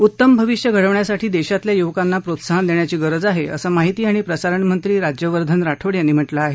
उत्तम भविष्य घडवण्यासाठी देशातल्या युवकांना प्रोत्साहन देण्याची गरज आहे असं माहिती आणि प्रसारण मंत्री राज्यवर्धन राठोड यांनी म्हा िं आहे